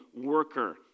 worker